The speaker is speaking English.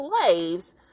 slaves